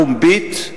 פומבית,